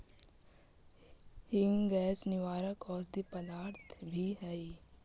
हींग गैस निवारक औषधि पदार्थ भी हई